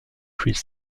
puis